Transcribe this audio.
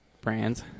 brands